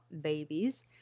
babies